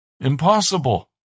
impossible